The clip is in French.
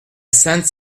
sainte